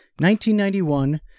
1991